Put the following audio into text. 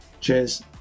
Cheers